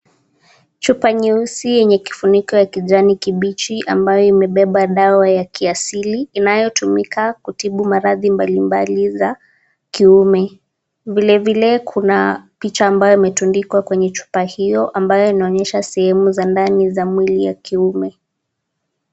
Chupa nyeusi yenye kifuniko ya kijani kibichi ambayo imebeba dawa ya kiasili inayotumika kutibu maradhi mbalimbali za kiume. Vile vile kuna picha ambayo imetundikwa kwenye chupa hiyo ambayo inaonyesha sehema za ndani za mwili ya kiume.